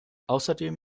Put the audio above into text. außerdem